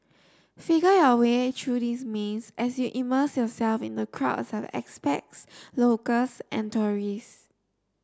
figure your way through this maze as you immerse yourself in the crowds expats locals and tourists